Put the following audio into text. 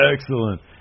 Excellent